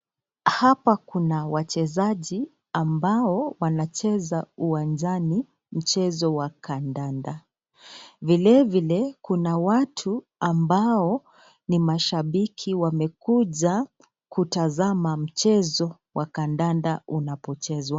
Hapa kuna wachejazi ambao wanacheza uwanjani mchezo wa kandanda, vilevile kuna watu ambao ni mashabiki wamekuja kutazama mchezo wa kandanda unapochezwa.